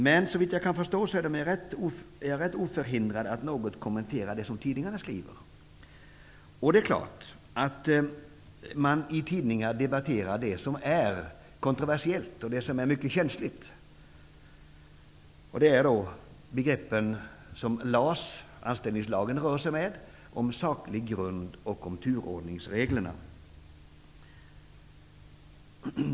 Men såvitt jag kan förstå är jag rätt oförhindrad att något kommentera det som tidningarna skriver. Det är klart att man i tidningar diskuterar det som är kontroversiellt och det som är mycket känsligt. Det är då begreppen som LAS, lagen om anställningsskydd, rör sig med om saklig grund och om turordningsreglerna.